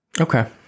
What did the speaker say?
Okay